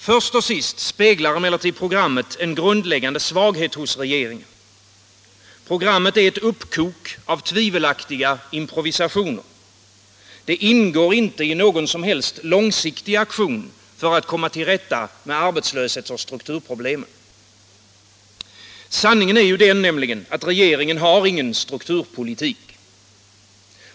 Först och sist speglar programmet emellertid en grundläggande svaghet hos regeringen. Programmet är ett uppkok av tvivelaktiga improvisationer. Det ingår inte i någon som helst långsiktig aktion för att komma till rätta med arbetslöshets och strukturproblemen. Sanningen är nämligen den att regeringen inte har någon strukturpolitik.